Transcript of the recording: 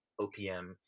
OPM